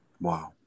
Wow